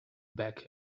back